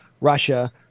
Russia